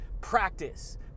practice